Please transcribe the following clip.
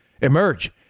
emerge